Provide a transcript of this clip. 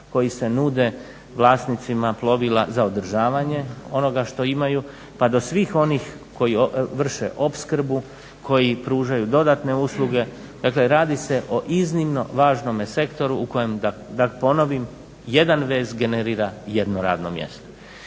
koji se nude vlasnicima plovila za održavanje onoga što imaju pa do svih onih koji vrše opskrbu, koji pružaju dodatne usluge. Dakle, radi se o iznimno važnome sektoru u kojem da ponovim jedan vez generira jedno radno mjesto.